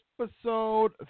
episode